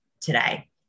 today